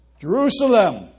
Jerusalem